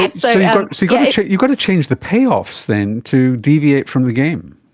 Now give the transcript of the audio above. and so so yeah yeah you've got to change the payoffs then to deviate from the game.